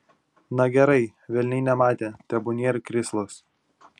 na gerai velniai nematė tebūnie ir krislas